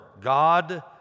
God